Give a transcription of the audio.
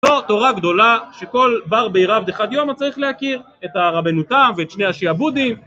טוב תורה גדולה שכל בר בעיר אבד אחד יום צריך להכיר את הרבנותם ואת שני השיעבודים